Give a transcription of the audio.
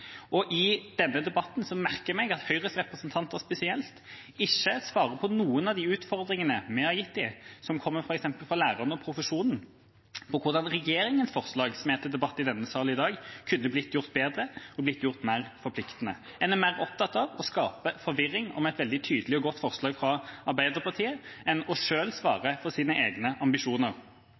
til. I denne debatten merker jeg meg at Høyres representanter, spesielt, ikke svarer på noen av de utfordringene vi har gitt dem, som kommer fra f.eks. lærerne og profesjonen, på hvordan regjeringens forslag som er til debatt i denne sal i dag, kunne blitt gjort bedre og blitt gjort mer forpliktende. Man er mer opptatt av å skape forvirring om et veldig tydelig og godt forslag fra Arbeiderpartiet enn selv å svare for sine egne ambisjoner.